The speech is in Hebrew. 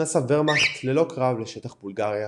נכנס הוורמאכט ללא קרב לשטח בולגריה,